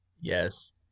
Yes